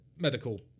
Medical